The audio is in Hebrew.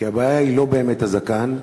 כי הבעיה היא לא באמת הזקן,